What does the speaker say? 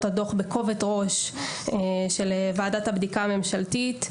הדו"ח של ועדת הבדיקה הממשלתית בכובד ראש,